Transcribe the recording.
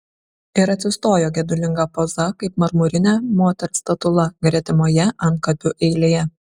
ir atsistojo gedulinga poza kaip marmurinė moters statula gretimoje antkapių eilėje